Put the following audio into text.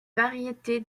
variété